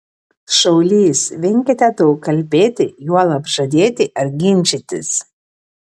šaulys venkite daug kalbėti juolab žadėti ar ginčytis